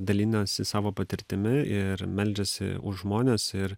dalinasi savo patirtimi ir meldžiasi už žmones ir